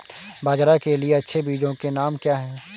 बाजरा के लिए अच्छे बीजों के नाम क्या हैं?